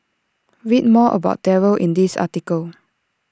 read more about Darryl in this article